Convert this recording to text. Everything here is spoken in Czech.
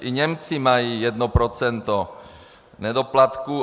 I Němci mají jedno procento nedoplatků.